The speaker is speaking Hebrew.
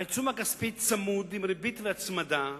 העיצום הכספי צמוד, עם ריבית והצמדה,